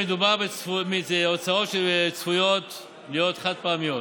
כיוון שמדובר בהוצאות שצפויות להיות חד-פעמיות.